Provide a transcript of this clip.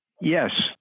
Yes